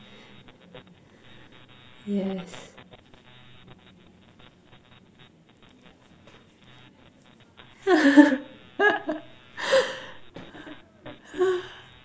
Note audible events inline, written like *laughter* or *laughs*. yes *laughs*